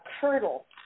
curdle